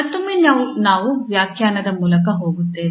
ಮತ್ತೊಮ್ಮೆ ನಾವು ವ್ಯಾಖ್ಯಾನದ ಮೂಲಕ ಹೋಗುತ್ತೇವೆ